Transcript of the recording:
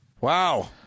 Wow